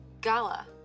gala